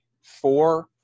four